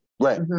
Right